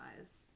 eyes